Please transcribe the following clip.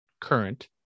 Current